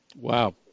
Wow